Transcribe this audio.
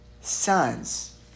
sons